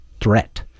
threat